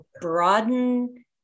broaden